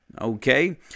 Okay